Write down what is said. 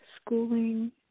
schooling